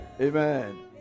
Amen